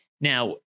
Now